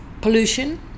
pollution